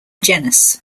genus